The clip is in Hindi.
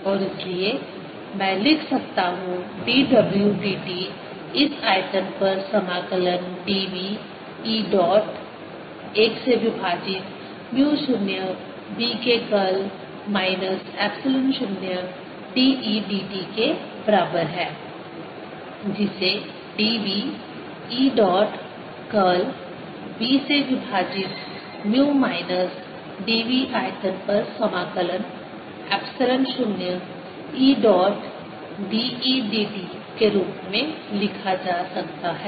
और इसलिए मैं लिख सकता हूँ dw dt इस आयतन पर समाकलन dv E डॉट 1 से विभाजित म्यू 0 B के curl minus epsilon 0 dE dt के बराबर है जिसे dv E dot curl B से विभाजित म्यू माइनस dv आयतन पर समाकलन - epsilon 0 E dot dE dt के रूप में लिखा जा सकता है